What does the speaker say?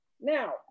Now